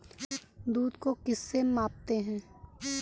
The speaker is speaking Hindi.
दूध को किस से मापते हैं?